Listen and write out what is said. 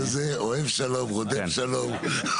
האיש הזה אוהב שלום, רודף שלם.